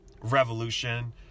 Revolution